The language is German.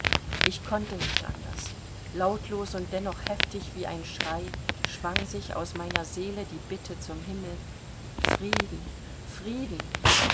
ich konnte nicht anders lautlos und dennoch heftig wie ein schrei schwang sich aus meiner seele die bitte zum himmel frieden frieden